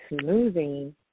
smoothing